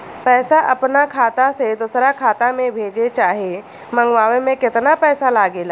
पैसा अपना खाता से दोसरा खाता मे भेजे चाहे मंगवावे में केतना पैसा लागेला?